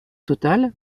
total